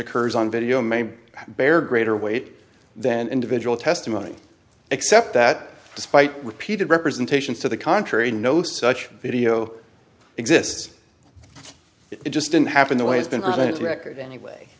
occurs on video may bear greater weight than individual testimony except that despite repeated representations to the contrary no such video exists it just didn't happen the way it's been on its record anyway